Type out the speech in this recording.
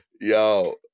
Yo